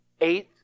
eighth